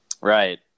Right